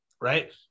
right